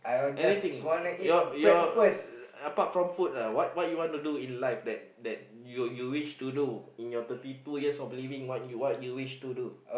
anything your your apart from food lah what what you want to do in life that that you you wish to do in your thirty two years of living what you what you wish to do